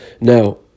Now